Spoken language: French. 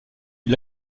est